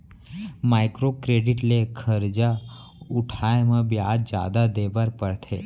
micro credit ले खरजा उठाए म बियाज जादा देबर परथे